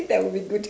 that will be good t~